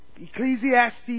Ecclesiastes